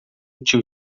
tio